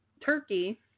Turkey